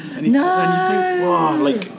no